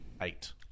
eight